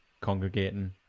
congregating